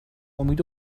امید